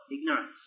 ignorance